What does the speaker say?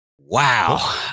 Wow